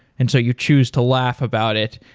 and so you choose to laugh about it.